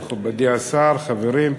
מכובדי השר, חברים,